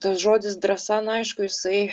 tas žodis drąsa na aišku jisai